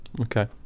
Okay